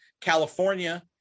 California